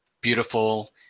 Beautiful